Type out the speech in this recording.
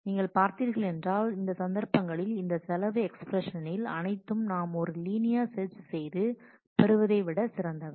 உங்கள் பார்த்தீர்கள் என்றால் இந்த சந்தர்ப்பங்களில் இந்த செலவு எக்ஸ்பிரஸின்ஸ் அனைத்தும் நாம் ஒரு லீனியர் செர்ச் செய்து பெறுவதை விட சிறந்தவை